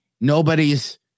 Nobody's